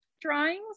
drawings